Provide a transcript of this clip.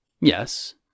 Yes